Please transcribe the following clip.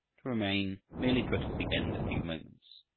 to remain merely put off the end a few moments.